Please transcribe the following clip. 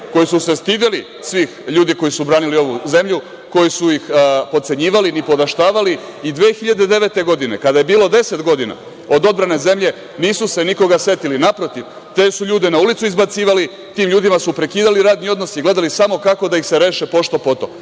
koji su se stideli svih ljudi koji su branili ovu zemlju, koji su ih potcenjivali, nipodaštavali. Godine 2009. kada je bilo 10 godina od odbrane zemlje, nisu se nikoga setili. Naprotiv, te su ljude izbacivali, tim ljudima su prekidali radni odnos i gledali samo kako da ih se reše pošto-poto,